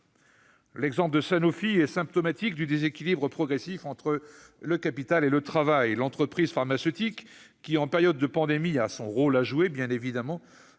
L'exemple de Sanofi est symptomatique du déséquilibre progressif entre capital et travail. L'entreprise pharmaceutique qui, en période de pandémie, a évidemment